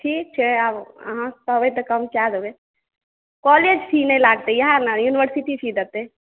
ठीक छै आब अहाँ कहबै तऽ कम कए देबै कॉलेज फी नहि लागतै यएहा ने यूनिवर्सिटी फी देतै